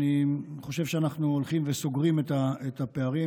אני חושב שאנחנו הולכים וסוגרים את הפערים.